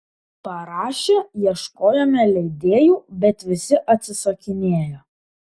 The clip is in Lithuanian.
parašę ieškojome leidėjų bet visi atsisakinėjo